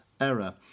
error